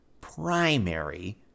primary